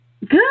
Good